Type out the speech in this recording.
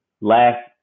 last